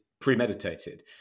premeditated